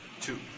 Two